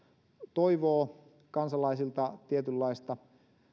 toivoo kansalaisilta tietynlaista